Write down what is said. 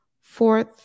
fourth